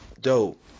dope